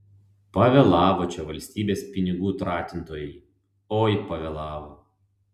pavėlavo čia valstybės pinigų tratintojai oi pavėlavo